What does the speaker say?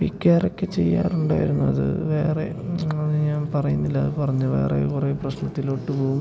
വിക്കാറൊക്കെ ചെയ്യാറുണ്ടായിരുന്നു അത് വേറെ അത് ഞാൻ പറയുന്നില്ല പറഞ്ഞ് വേറെ കുറെ പ്രശ്നത്തിലോട്ട് പോവും